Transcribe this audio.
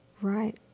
Right